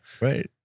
Right